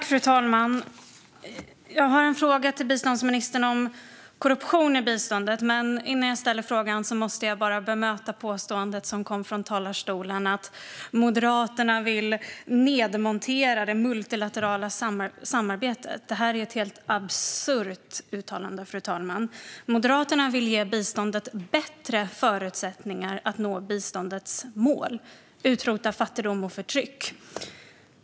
Fru talman! Jag har en fråga till biståndsministern om korruption i biståndet, men innan jag ställer den måste jag bemöta påståendet som kom från talarstolen - att Moderaterna vill nedmontera det multilaterala samarbetet. Det är ett helt absurt uttalande, fru talman. Moderaterna vill ge biståndet bättre förutsättningar att nå sitt mål att utrota fattigdom och förtryck.